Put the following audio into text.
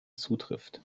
zutrifft